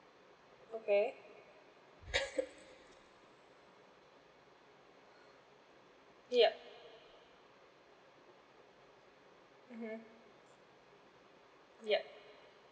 okay yup mmhmm yup